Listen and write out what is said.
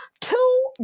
two